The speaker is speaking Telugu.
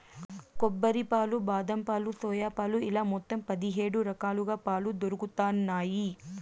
కొబ్బరి పాలు, బాదం పాలు, సోయా పాలు ఇలా మొత్తం పది హేడు రకాలుగా పాలు దొరుకుతన్నాయి